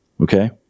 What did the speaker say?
Okay